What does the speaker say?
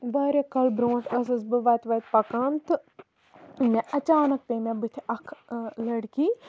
واریاہ کال برونٹھ ٲسٕس بہٕ وَتہِ وَتہِ پَکان تہٕ مےٚ اَچانَک پیٚیہِ مےٚ بٔتھِ اکھ لٔڑکی